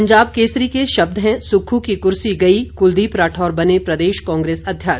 पंजाब केसरी के शब्द हैं सुक्खू की कुर्सी गई कुलदीप राठौर बने प्रदेश कांग्रेस अध्यक्ष